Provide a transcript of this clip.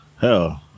hell